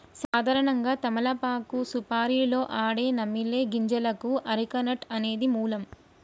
సాధారణంగా తమలపాకు సుపారీలో ఆడే నమిలే గింజలకు అరెక నట్ అనేది మూలం